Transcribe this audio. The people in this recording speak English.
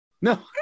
No